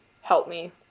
help-me